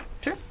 Sure